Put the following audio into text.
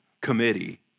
committee